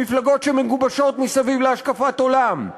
המפלגות שמגובשות מסביב להשקפת עולם.